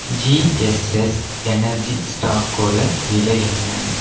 GSS energy ஸ்டாக்கோட விலை என்ன